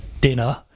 dinner